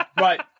Right